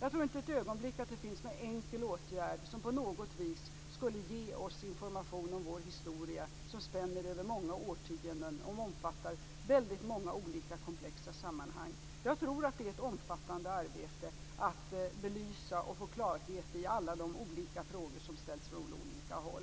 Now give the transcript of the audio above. Jag tror inte ett ögonblick att det finns någon enkel åtgärd som på något vis skulle ge oss information om vår historia, som spänner över många årtionden och omfattar väldigt många olika komplexa sammanhang. Jag tror att det är ett omfattande arbete att belysa och få klarhet i alla de olika frågor som ställs från olika håll.